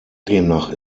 demnach